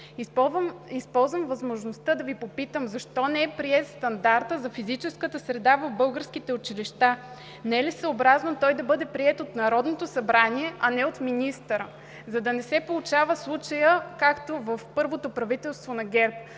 Използвам възможността да Ви попитам защо не е приет стандарта за физическата среда в българските училища? Не е ли съобразно той да бъде приет от Народното събрание, а не от министъра? За да не се получава случаят, както в първото правителство на ГЕРБ,